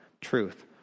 truth